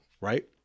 right